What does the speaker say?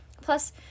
Plus